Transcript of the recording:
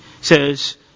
Says